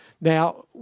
Now